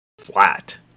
flat